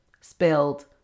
spelled